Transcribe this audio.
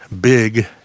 big